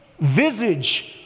visage